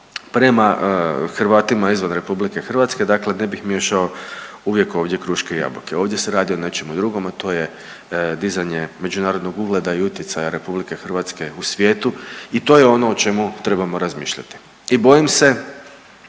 prema Hrvatima izvan Republike Hrvatske. Dakle, ne bih miješao uvijek ovdje kruške i jabuke. Ovdje se radi o nečemu drugom, a to je dizanje međunarodnog ugleda i utjecaja Republike Hrvatske u svijetu i to je ono o čemu trebamo razmišljati. I bojim se